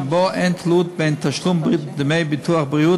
שכן אין תלות בין תשלום דמי ביטוח בריאות